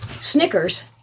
Snickers